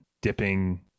dipping